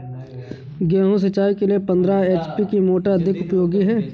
गेहूँ सिंचाई के लिए पंद्रह एच.पी की मोटर अधिक उपयोगी है?